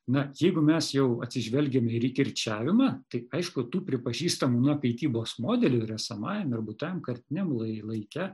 na jeigu mes jau atsižvelgiame ir į kirčiavimą tai aišku tų pripažįstamų na kaitybos modelių ie esamajam ir būtajam kartiniam lai laike